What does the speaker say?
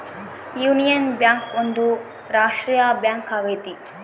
union Bank ಒಂದು ರಾಷ್ಟ್ರೀಯ bank ಆಗೈತಿ